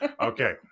okay